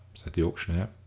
said the auctioneer.